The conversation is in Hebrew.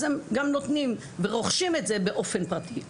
אז הם גם נותנים ורוכשים את זה באופן פרטי.